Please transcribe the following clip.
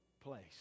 place